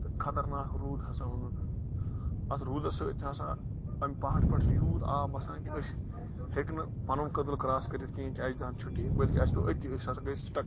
تہٕ خَطرناک روٗد ہسا اوٚنُن اَتھ روٗدَس سۭتۍ ہسا اَمہِ پہاڑٕ پٮ۪ٹھ چھُ یوٗت آب وَسان کہِ أسۍ ہیٚکۍ نہٕ پَنُن کٔدٕل کرٛاس کٔرِتھ کیٚنٛہہ کہِ اسہِ دی ہان چھُٹی بٔلکہِ اسہِ پیٛو أتی أسۍ ہسا گٔے سِٹَک